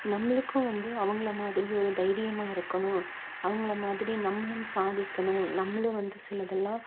நம்மளுக்கும் வந்து அவங்கள மாதிரி ஒரு தைரியமாக இருக்கணும் அவங்கள மாதிரி நம்மளும் சாதிக்கணும் நம்மளும் வந்து சிலதெல்லாம்